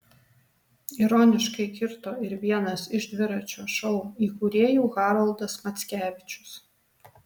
ironiškai kirto ir vienas iš dviračio šou įkūrėjų haroldas mackevičius